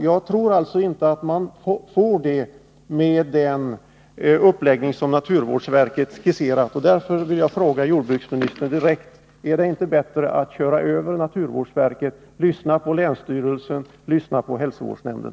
Jag tror inte att de får det med den uppläggning som naturvårdsverket skisserat. Jag vill därför fråga jordbruksministern direkt: Är det inte bättre att köra över naturvårdsverket, lyssna på länsstyrelsen och på hälsovårdsnämnden?